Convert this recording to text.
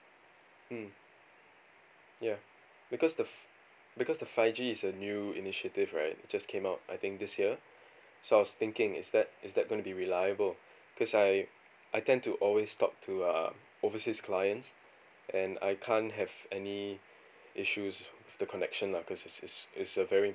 mm ya because the f~ because the five G is a new initiative right just came out I think this year so I was thinking is that is that gonna be reliable cause I I tend to always talk to um overseas clients and I can't have any issues with the connection lah cause it's it's it's a very